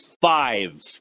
five